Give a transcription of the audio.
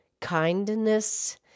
Kindness